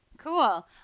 cool